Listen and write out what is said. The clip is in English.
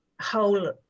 whole